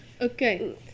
Okay